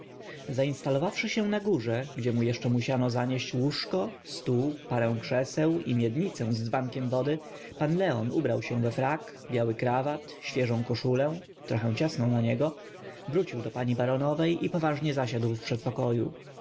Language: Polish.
baronowa zainstalowawszy się na górze gdzie mu jeszcze musiano zanieść łóżko stół parę krzeseł i miednicę z dzbankiem wody pan leon ubrał się we frak biały krawat świeżą koszulę trochę ciasną na niego wrócił do pani baronowej i poważnie zasiadł w przedpokoju